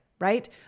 right